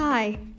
Hi